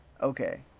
okay